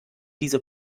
diese